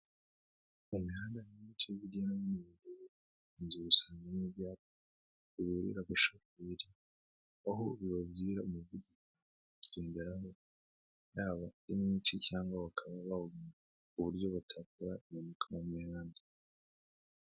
Mu mihanda myinshi hirya no hino mugihugu, usangamo ibyapa biburira abashoferi, aho bibabwira umuvuduko ugenderaho, yaba ari mwinshi cyangwa bakaba ba wugabanya kugira ngo badakora impanuka mu mihanda.